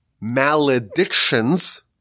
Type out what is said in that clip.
maledictions